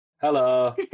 Hello